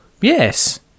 Yes